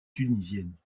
tunisienne